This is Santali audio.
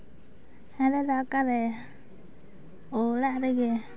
ᱦᱮᱸ ᱫᱟᱫᱟ ᱚᱠᱟᱨᱮ ᱳ ᱚᱲᱟᱜ ᱨᱮᱜᱮ